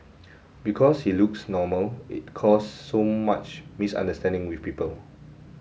because he looks normal it caused so much misunderstanding with people